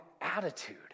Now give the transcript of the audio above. attitude